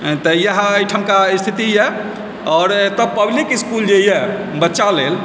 तऽ इएह एहिठिमका स्थिति यए आओर एतय पब्लिक इस्कुल जे यए बच्चा लेल